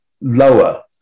lower